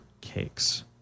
cakes